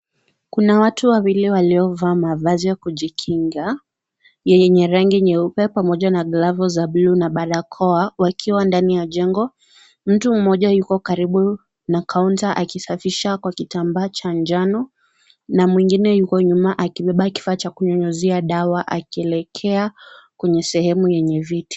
Kuna watu wawili walio vaa mavazi ya kujikinga, yenye rangi nyeupe pamoja na glavu za buluu na barakoa, wakiwa ndani ya jengo. Mtu mmoja yuko karibu na kaunta akisafisha kwa kitambaa cha njano na mwingine yuko nyuma akibeba kifaa cha kunyunyizia dawa akielekea kwenye sehemu yenye viti.